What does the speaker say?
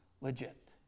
legit